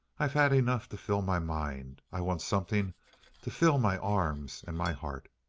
i've had enough to fill my mind. i want something to fill my arms and my heart.